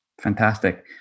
fantastic